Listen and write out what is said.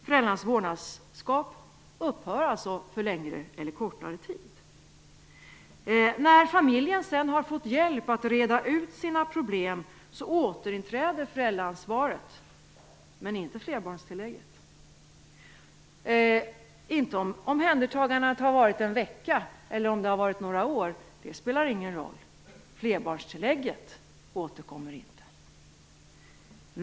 Föräldrarnas vårdnadsskap upphör för längre eller kortare tid. När familjen sedan har fått hjälp att reda ut sina problem återinträder föräldraansvaret, men inte flerbarnstillägget. Det spelar ingen roll om omhändertagandet har varit en vecka eller några år. Flerbarnstillägget återkommer inte.